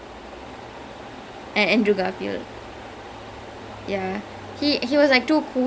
oh andrew garfield oh ya he did not fit the role and he did not fit the role ya